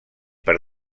per